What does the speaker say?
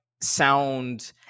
sound